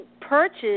purchase